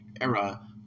era